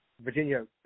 Virginia